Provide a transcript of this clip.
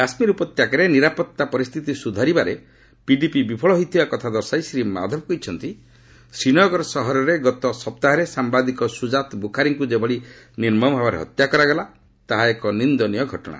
କାଶ୍ମୀର ଉପତ୍ୟକାରେ ନିରାପତ୍ତା ପରିସ୍ଥିତି ସୁଧାରିବାରେ ପିଡିପି ବିଫଳ ହୋଇଥିବା କଥା ଦର୍ଶାଇ ଶ୍ରୀ ମାଧବ କହିଛନ୍ତି ଶ୍ରୀନଗର ସହରରେ ଗତ ସପ୍ତାହରେ ସାମ୍ବାଦିକ ସୁଜାତ୍ ବୁଖାରୀଙ୍କୁ ଯେଭଳି ନିର୍ମମ ଭାବରେ ହତ୍ୟା କରାଗଲା ତାହା ଏକ ନିନ୍ଦନୀୟ ଘଟଣା